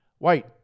White